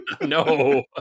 No